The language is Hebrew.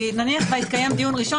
כי נניח שהיה דיון ראשון,